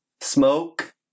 smoke